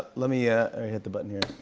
let me yeah hit the button here.